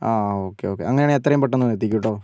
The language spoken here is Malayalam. ആ ഓക്കെ ഓക്കെ അങ്ങനെ ആണെങ്കിൽ എത്രയും പെട്ടന്ന് എത്തിക്കൂ കേട്ടോ